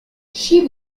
she